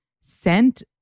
sent